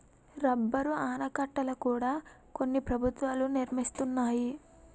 rubber ఆనకట్టల కూడా కొన్ని ప్రభుత్వాలు నిర్మిస్తున్నాయి